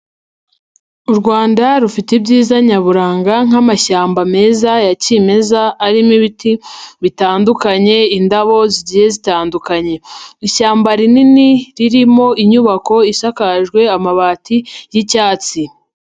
U Rwanda rufite ibyiza nyaburanga nk'amashyamba meza ya kimeza arimo ibiti bitandukanye, indabo zigiye zitandukanye, ishyamba rinini ririmo inyubako isakajwe amabati y'icyatsi.